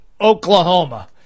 Oklahoma